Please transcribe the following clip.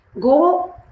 go